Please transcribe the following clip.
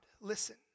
listen